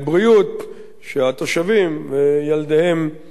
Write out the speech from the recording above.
שהתושבים וילדיהם ראויים להם.